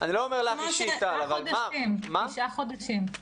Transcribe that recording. תשעה חודשים.